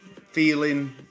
feeling